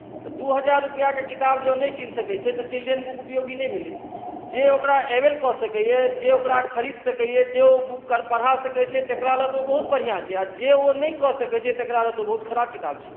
तऽ दू हजार रुपैआके किताब जँ नहि कीन सकैत छै तऽ चिल्ड्रेन बुक उपयोगी नहि भेलै जे ओकरा एवेल कऽ सकैए जे ओकरा खरीद सकैए जे ओ बुक ओकरा पढ़ा सकैत छै तकरा लेल तऽ ओ बहुत बढ़िआँ छै जे ओ नहि कऽ सकैत छै तकरा लेल तऽ ओ बहुत खराब किताब छै